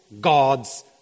god's